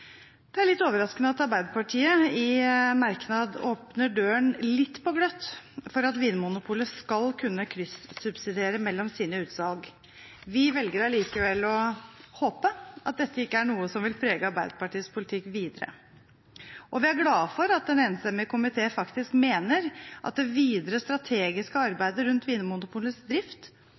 Det er litt overraskende at Arbeiderpartiet i merknad åpner døren litt på gløtt for at Vinmonopolet skal kunne kryssubsidiere mellom sine utsalg. Vi velger allikevel å håpe at dette ikke er noe som vil prege Arbeiderpartiets politikk videre. Vi er glade for at en enstemmig komité faktisk mener det videre strategiske arbeidet rundt Vinmonopolets drift,